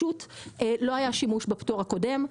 לא היה שימוש בפטור הקודם,